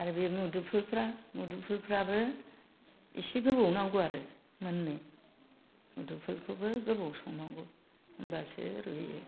आरो बे मुदुमफुलफ्रा मुदुमफुलफ्राबो एसे गोबाव नांगौ आरो मोननो मुदुमफुलखौबो गोबाव संनांगौ होनबासो रुइयो